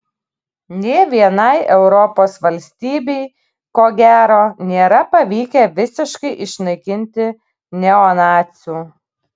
nė vienai europos valstybei ko gero nėra pavykę visiškai išnaikinti neonacių